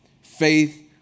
faith